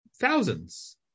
thousands